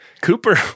Cooper